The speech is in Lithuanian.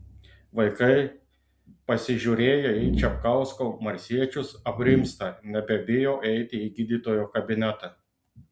vaikai pasižiūrėję į čepkausko marsiečius aprimsta nebebijo eiti į gydytojo kabinetą